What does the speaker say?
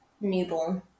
newborn